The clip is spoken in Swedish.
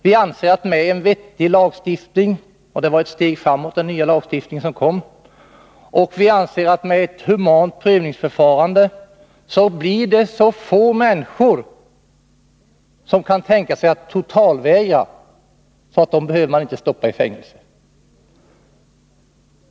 Vi anser att med en vettig lagstiftning — och den nya lagstiftning som kom var ett steg framåt — och ett humant prövningsförfarande blir det så få människor som kan tänka sig att totalvägra, att dem behöver man inte stoppa i fängelse.